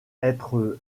être